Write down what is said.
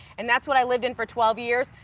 and that's what i lived in for twelve years.